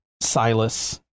Silas